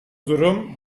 durum